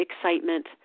excitement